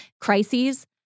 crises